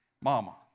Mama